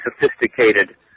sophisticated